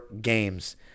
games